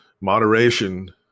moderation